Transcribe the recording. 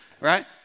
right